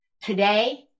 Today